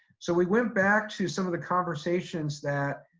so we went back to some of the conversations that